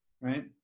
right